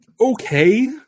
okay